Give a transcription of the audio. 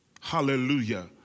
Hallelujah